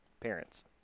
parents